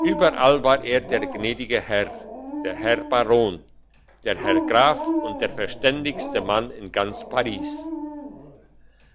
überall war er der gnädige herr der herr baron der herr graf und der verständigste mann in ganz paris